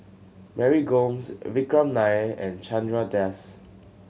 Mary Gomes Vikram Nair and Chandra Das